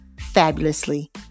fabulously